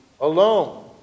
alone